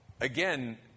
Again